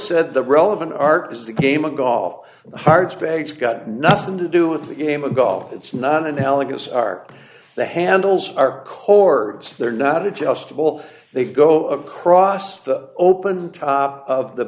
said the relevant art is the game of golf hearts bags got nothing to do with the game of golf it's not analogous are the handles are core they're not adjustable they go across the open top of the